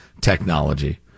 technology